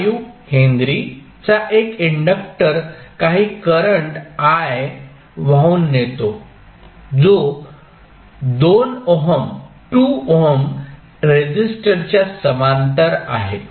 5 henry चा एक inductor काही करंट i वाहून नेतो जो 2 ओहम रेसिस्टरच्या समांतर आहे